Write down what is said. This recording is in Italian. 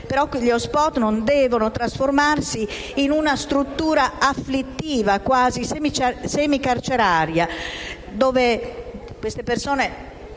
migranti. Questi non devono però trasformarsi in una struttura afflittiva, quasi semicarceraria, dove queste persone